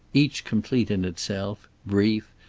each complete in itself, brief,